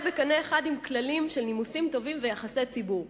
בקנה אחד עם כללים של נימוסים טובים ויחסי ציבור".